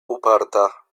uparta